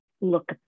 look